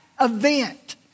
event